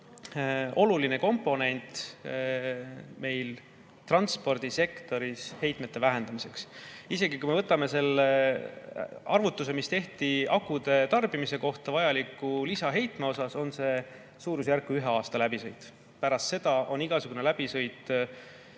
olulise komponendi transpordisektoris heitmete vähendamiseks. Isegi kui me võtame selle arvutuse, mis tehti akude [tootmiseks] vajaliku lisaheitme kohta, siis see on suurusjärgus ühe aasta läbisõit. Pärast seda on igasugune läbisõit